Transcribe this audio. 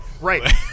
Right